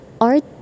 art